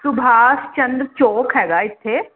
ਸੁਭਾਸ਼ ਚੰਦਰ ਚੋਕ ਹੈਗਾ ਇਥੇ